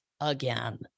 again